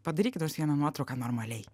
padaryk nors vieną nuotrauką normaliai